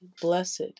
blessed